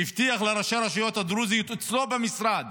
שהבטיח לראשי הרשויות הדרוזיות אצלו במשרד